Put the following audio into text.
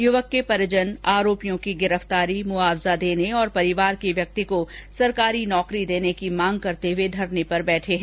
युवक के परिजन आरोपियों की गिरफ्तारी मुआवजा देने और परिवार के व्यक्ति को सरकारी नौकरी की मांग करते हुए धरने पर बैठे हैं